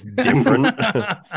different